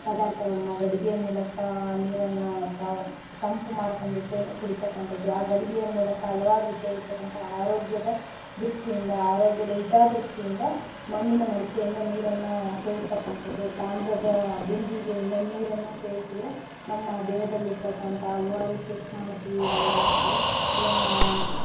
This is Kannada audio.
ಪದಾರ್ಥಗಳನ್ನ ಗಡಿಗೆ ಮೂಲಕ ನೀರನ್ನು ತಂಪು ಮಾಡ್ಕೊಂಡ್ಬಿಟ್ಟು ಕುಡೀತಕ್ಕಂಥದ್ದು ಆ ಗಡಿಗೆಯ ಮೂಲಕ ಹಲ್ವಾರ್ ರೀತಿಯಾಗಿ ಇರತಕ್ಕಂಥ ಆರೋಗ್ಯದ ದೃಷ್ಟಿಯಿಂದ ಆರೋಗ್ಯದ ಹಿತ ದೃಷ್ಟಿಯಿಂದ ಮಣ್ಣಿನ ಮಡಿಕೆಯಿಂದ ನೀರನ್ನು ಸೇವಿಸ್ತಕ್ಕಂಥದ್ದು ತಾಮ್ರದ ಬಿಂದಿಗೆಯಿಂದ ನೀರನ್ನು ಸೇವಿಸಿದರೆ ನಮ್ಮ ದೇಹದಲ್ಲಿರತಕ್ಕಂಥ ಹಲವಾರು ಸೂಕ್ಷ್ಮಾಣು ಜೀವಿಗಳು ಏನಾಗ್ತವೆ